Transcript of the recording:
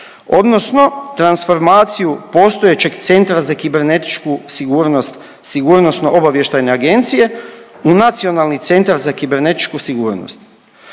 odnosno transformaciju postojećeg Centra za kibernetičku sigurnost SOA-e u Nacionalni centar za kibernetičku sigurnost.